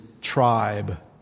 tribe